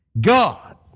God